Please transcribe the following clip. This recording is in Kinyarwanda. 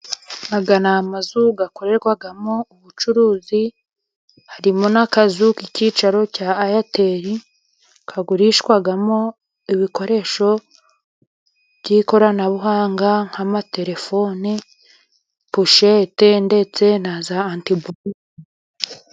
Aya ni amazu akorerwamo ubucuruzi, harimo n'akazu k'icyicaro cya airtel kagurishwamo ibikoresho by'ikoranabuhanga nka materefoni, pushete ndetse na za antiburoke.